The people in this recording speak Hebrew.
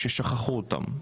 ששכחו אותם.